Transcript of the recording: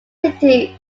city